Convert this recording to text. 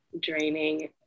draining